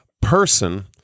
person